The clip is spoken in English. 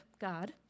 God